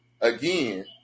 Again